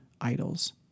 idols